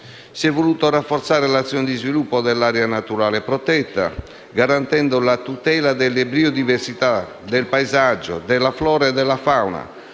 Si è voluta rafforzare l'azione di sviluppo dell'area naturale protetta, garantendo la tutela delle biodiversità, del paesaggio, della flora e della fauna,